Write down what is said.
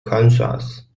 kansas